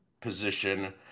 position